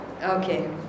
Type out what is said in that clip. Okay